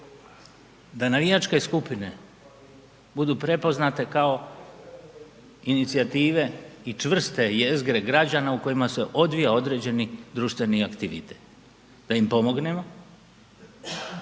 Da navijačke skupine budu prepoznate kao inicijative i čvrste jezgre građana u kojima se odvija određeni društveni aktivitet. Da im pomognemo,